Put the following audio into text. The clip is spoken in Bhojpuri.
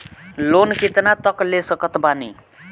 लोन कितना तक ले सकत बानी?